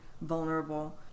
vulnerable